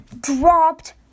dropped